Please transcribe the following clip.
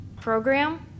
program